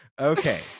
Okay